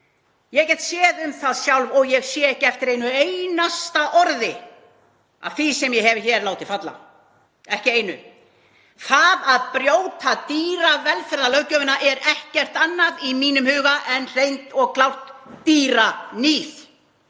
Ég get séð um það sjálf og ég sé ekki eftir einu einasta orði sem ég hef hér látið falla, ekki einu. Það að brjóta dýravelferðarlöggjöfina er ekkert annað í mínum huga en hreint og klárt dýraníð.